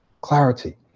clarity